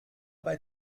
bei